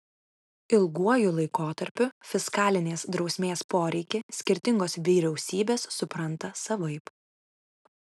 ilguoju laikotarpiu fiskalinės drausmės poreikį skirtingos vyriausybės supranta savaip